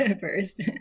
First